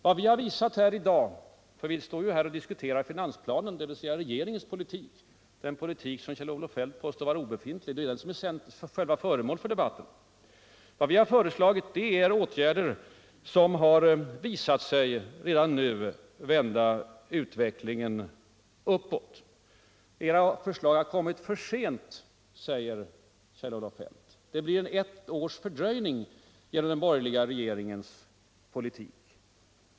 Vad vi har föreslagit här i dag — vi diskuterar ju finansplanen, dvs. regeringens politik, den politik som Kjell-Olof Feldt påstår vara obefintlig men som är själva föremålet för debatten —- är åtgärder, som redan nu har visat sig vända utvecklingen uppåt. Kjell-Olof Feldt säger att våra förslag har kommit för sent och att det blir ett års fördröjning genom den borgerliga regeringens politik.